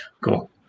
Cool